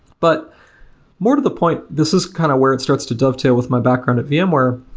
but more to the point, this is kind of where it starts to dovetail with my background at vmware.